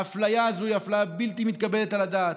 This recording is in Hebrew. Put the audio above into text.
האפליה הזאת היא אפליה בלתי מתקבלת על הדעת.